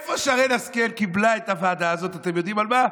שרן השכל קיבלה את הוועדה הזאת, אתם יודעים על מה?